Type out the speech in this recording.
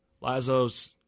Lazo's